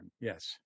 yes